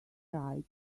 pride